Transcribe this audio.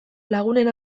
lagunen